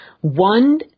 One